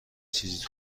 چیزی